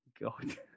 God